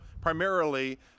primarily